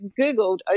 Googled